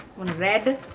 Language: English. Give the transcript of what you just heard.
one red,